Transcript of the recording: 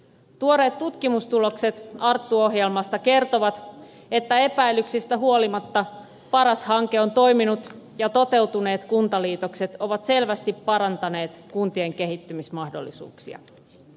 tuoreet tutkimustulokset arttu ohjelmasta kertovat että epäilyksistä huolimatta paras hanke on toiminut ja toteutuneet kuntaliitokset ovat selvästi parantaneet kuntien kehittymismahdollisuuksia